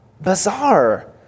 Bizarre